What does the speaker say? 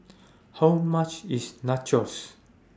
How much IS Nachos